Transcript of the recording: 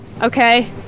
Okay